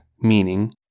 meaning